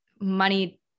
money